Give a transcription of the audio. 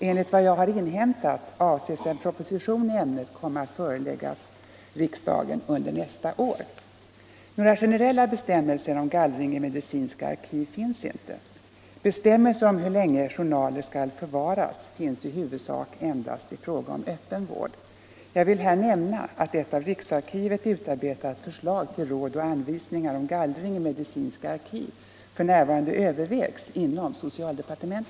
Enligt vad jag har inhämtat avses en proposition i ämnet komma att läggas fram för riksdagen under nästa år. endast i fråga om öppen vård. Jag vill här nämna att ett av riksarkivet — Nr 18 utarbetat förslag till råd och anvisningar om gallring i medicinska arkiv Torsdagen den f.n. övervägs inom socialdepartementet.